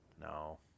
No